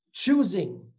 Choosing